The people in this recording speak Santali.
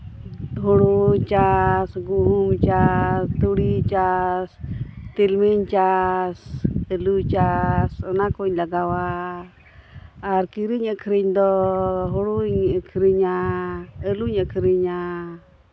ᱦᱩᱲᱩ ᱪᱟᱥ ᱜᱩᱦᱩᱢ ᱪᱟᱥ ᱛᱩᱲᱤ ᱪᱟᱥ ᱛᱤᱞᱢᱤᱧ ᱪᱟᱥ ᱟᱹᱞᱩ ᱪᱟᱥ ᱚᱱᱟ ᱠᱚᱧ ᱞᱟᱜᱟᱣᱟ ᱟᱨ ᱠᱤᱨᱤᱧ ᱟᱹᱠᱷᱨᱤᱧ ᱫᱚ ᱦᱩᱲᱩᱧ ᱟᱹᱠᱷᱨᱤᱧᱟ ᱟᱹᱞᱩᱧ ᱟᱹᱠᱷᱨᱤᱧᱟ